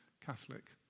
Catholic